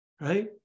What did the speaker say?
right